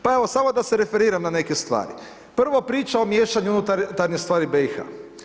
Pa evo, samo da se referiram na neke stvari, prvo priča o miješanju unutarnje stvari BIH.